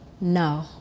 No